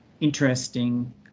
interesting